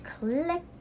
click